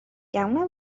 گمونم